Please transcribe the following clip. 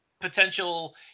potential